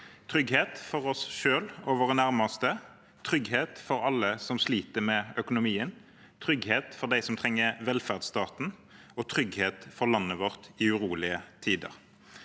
trygghet for oss selv og våre nærmeste, trygghet for alle som sliter med økonomien, trygghet for dem som trenger velferdsstaten, og trygghet for landet vårt i urolige tider.